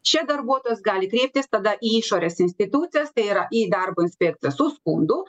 čia darbuotojas gali kreiptis tada į išorės institucijas tai yra į darbo inspekciją su skundu